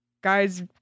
guys